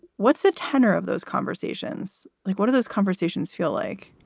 what's the tenor of those conversations like, what are those conversations feel like?